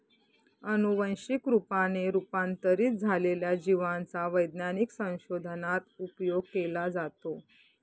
अनुवंशिक रूपाने रूपांतरित झालेल्या जिवांचा वैज्ञानिक संशोधनात उपयोग केला जातो